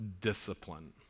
discipline